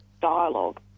dialogue